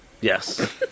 Yes